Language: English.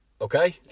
okay